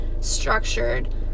structured